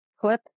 clip